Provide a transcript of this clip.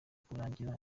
kurangira